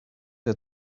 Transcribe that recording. der